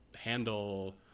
handle